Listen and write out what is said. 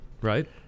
right